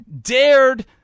dared